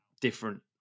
different